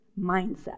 mindset